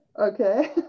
Okay